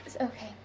okay